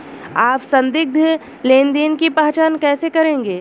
आप संदिग्ध लेनदेन की पहचान कैसे करेंगे?